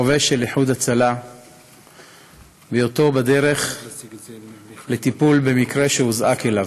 חובש של איחוד הצלה בהיותו בדרך לטיפול במקרה שהוזעק אליו.